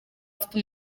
afite